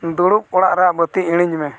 ᱫᱩᱲᱩᱵ ᱚᱲᱟᱜ ᱨᱮᱭᱟᱜ ᱵᱟᱹᱛᱤ ᱤᱲᱤᱡᱽ ᱢᱮ